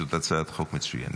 שזאת הצעת חוק מצוינת.